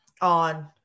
on